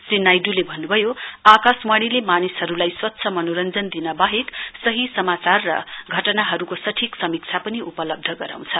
श्री नाइड्ले भन्न्भयो आकाशवाणीले मानिसहरुलाई स्वच्छ मनोरञ्जन दिन वाहेक सही समाचार र घटनाहरुको सठीक समीक्षा पनि उपलब्ध गराउँछ